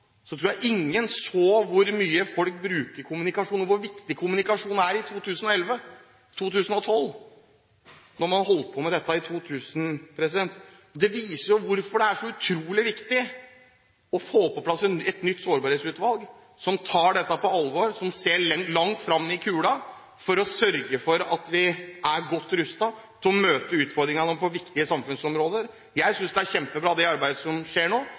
tror jeg ingen så hvor mye folk bruker kommunikasjon, og hvor viktig kommunikasjon er i 2011–2012. Det viser hvorfor det er så utrolig viktig å få på plass et nytt sårbarhetsutvalg som tar dette på alvor, som ser langt fram i kula, for å sørge for at vi er godt rustet til å møte utfordringene på viktige samfunnsområder. Jeg synes det er kjempebra det arbeidet som skjer nå.